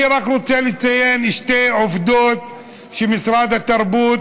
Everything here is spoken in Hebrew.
אני רוצה לציין רק שתי עובדות שמשרד התרבות